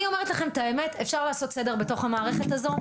אני אומרת לכם את האמת: אפשר לעשות סדר בתוך המערכת הזו.